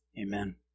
Amen